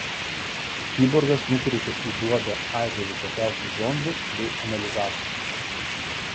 kiborgas nukreipė į duobę aibę visokiausių zondų bei analizatorių